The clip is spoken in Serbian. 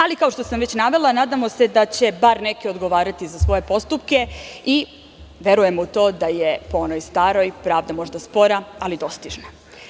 Ali, kao što sam već navela, nadamo se da će bar neki odgovarati za svoje postupke i verujem u to da je, po onoj staroj, pravda možda spora, ali dostižna.